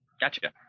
Gotcha